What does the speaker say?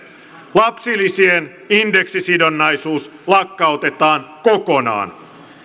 lapsilisien indeksisidonnaisuus lakkautetaan kokonaan